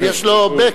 אם יש לו אישור.